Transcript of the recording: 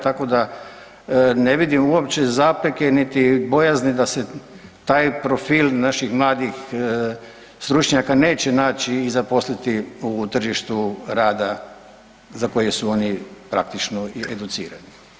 Tako da ne vidim uopće zapreke niti bojazni da se taj profil naših mladih stručnjaka neće naći i zaposliti u tržištu rada za koje su oni praktično i educirani.